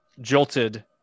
jolted